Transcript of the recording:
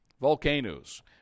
volcanoes